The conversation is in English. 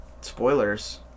Spoilers